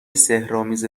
سحرآمیز